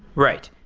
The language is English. right.